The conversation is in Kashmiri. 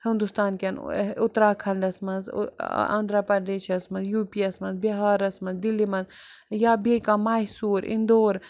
ہِندوستان کٮ۪ن اُتراکھنٛڈَس منٛز آندرا پردیشَس مَنٛز یوٗ پی یَس مَنٛز بِہارَس مَنٛز دِلی مَنٛز یا بیٚیہِ کانٛہہ میسوٗر اِندور